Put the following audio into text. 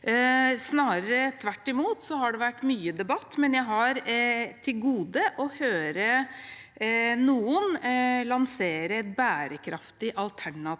tvert imot har det vært mye debatt, men jeg har til gode å høre noen lansere et bærekraftig alternativ